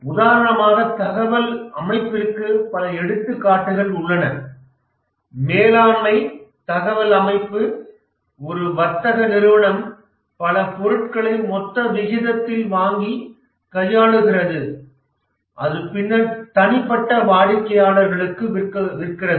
உதாரணமாக தகவல் அமைப்பிற்கு பல எடுத்துக்காட்டுகள் உள்ளன மேலாண்மை தகவல் அமைப்பு ஒரு வர்த்தக நிறுவனம் பல பொருட்களைக் மொத்த விகிதத்தில் வாங்கி கையாளுகிறது அது பின்னர் தனிப்பட்ட வாடிக்கையாளர்களுக்கு விற்கிறது